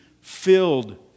filled